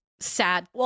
sad